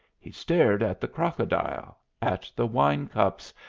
he stared at the crocodile, at the wine-cups,